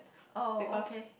oh okay